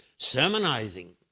sermonizing